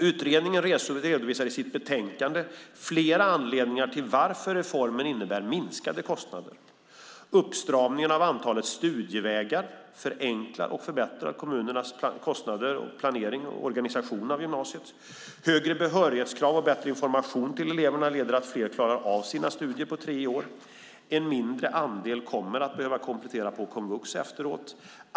Utredningen redovisar i sitt betänkande flera anledningar till varför reformen innebär minskade kostnader. Uppstramningen av antalet studievägar förenklar och förbättrar kommunernas planering, organisation och kostnader för gymnasiet. Högre behörighetskrav och bättre information till eleverna leder till att fler klarar av sina studier på tre år. En mindre andel elever kommer att behöva komplettera på komvux efteråt.